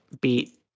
beat